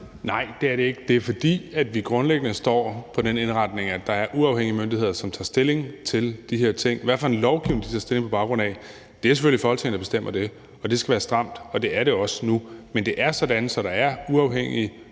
Nej, det er det ikke. Det er, fordi vi grundlæggende står fast på den indretning, at der er uafhængige myndigheder, som tager stilling til de her ting. Det er selvfølgelig Folketinget, der bestemmer, hvilken lovgivning de tager stilling på baggrund af, og den skal være stram, og det er den også nu. Men det er sådan, at der er uafhængige